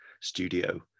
studio